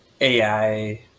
AI